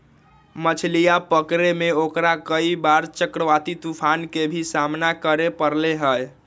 मछलीया पकड़े में ओकरा कई बार चक्रवाती तूफान के भी सामना करे पड़ले है